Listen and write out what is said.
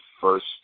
first